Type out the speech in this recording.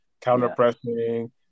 counter-pressing